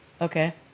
Okay